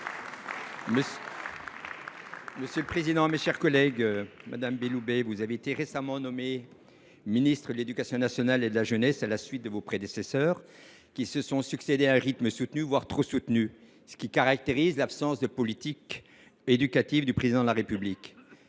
pour le groupe Les Républicains. Madame Belloubet, vous avez été récemment nommée ministre de l’éducation nationale et de la jeunesse à la suite de vos prédécesseurs qui se sont succédé à un rythme soutenu, voire trop soutenu, ce qui témoigne de l’absence de politique éducative du Président de la République.